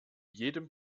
jedem